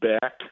back